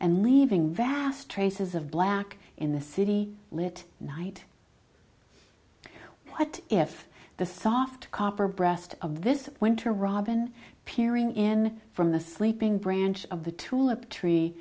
and leaving vast traces of black in the city lit night what if the soft copper breast of this winter robin appearing in from the sleeping branch of the tulip tree